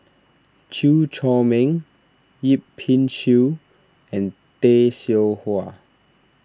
Chew Chor Meng Yip Pin Xiu and Tay Seow Huah